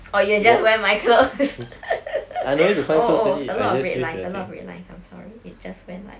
orh you will just wear my clothes oh oh a lot of red lines a lot of red lines I'm sorry it just went like